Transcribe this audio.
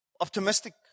optimistic